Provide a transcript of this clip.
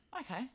Okay